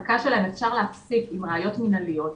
שאפשר להפסיק את ההעסקה שלהם עם ראיות מנהליות,